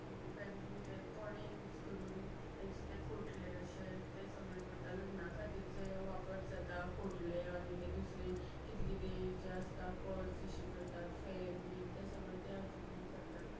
बँबू ते कोणे यूज करून तेंचे ते खोटले अशें ते सगळे करता लग्ना खातीर जे वापर जाता खोटले आनी तें दुसरें कितें कितें जें आसता पर्स अशी करतात फॅन बीन ते सगळे ते आजुनीय करतात